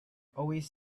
always